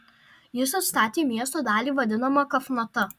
jis atstatė miesto dalį vadinamą kafnata